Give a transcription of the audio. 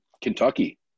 Kentucky